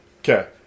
Okay